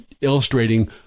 illustrating